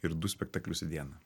ir du spektaklius į dieną